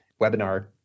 webinar